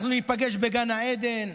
אנחנו ניפגש בגן העדן.